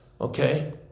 Okay